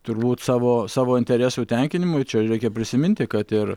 turbūt savo savo interesų tenkinimui čia reikia prisiminti kad ir